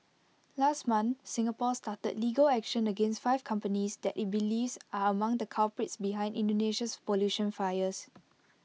last month Singapore started legal action against five companies that IT believes are among the culprits behind Indonesia's pollution fires